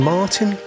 Martin